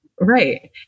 right